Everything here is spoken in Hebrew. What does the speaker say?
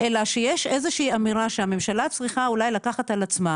אלא שיש איזה שהיא אמירה שהממשלה צריכה אולי לקחת על עצמה